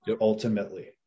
ultimately